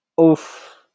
oof